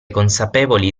consapevoli